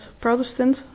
Protestant